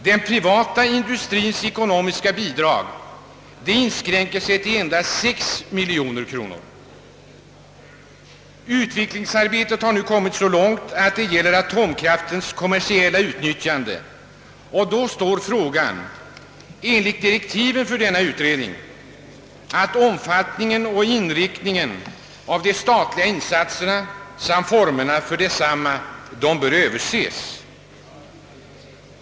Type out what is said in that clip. Den privata industriens ekonomiska bidrag inskränker sig till 6 miljoner kronor. Utvecklingsarbetet har nu kommit så långt att det gäller atomkraftens kommersiella utnyttjande. Då uppkommer frågan — enligt direktiven för utredningen — om en översyn av omfattningen och inriktningen av de statliga insatserna samt formerna för dessa.